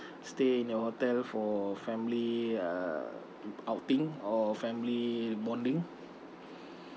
stay in your hotel for family uh outing or family bonding